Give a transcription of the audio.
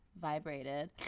vibrated